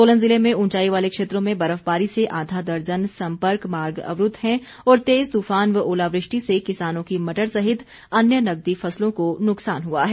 सोलन जिले में उंचाई वाले क्षेत्रों में बर्फबारी से आधा दर्जन सम्पर्क मार्ग अवरूद्व हैं और तेज तुफान व ओलावृष्टि से किसानों की मटर सहित अन्य नकदी फसलों को नुकसान हुआ है